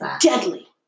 deadly